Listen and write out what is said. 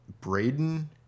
Braden